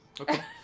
Okay